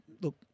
Look